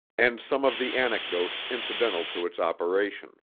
and some of the anecdotes incidental to its operation.